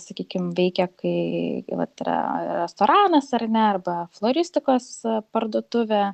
sakykim veikia kai vat yra restoranas ar ne arba floristikos parduotuvė